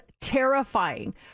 terrifying